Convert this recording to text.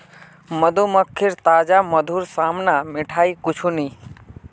मधुमक्खीर ताजा मधुर साम न मिठाई कुछू नी